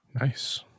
Nice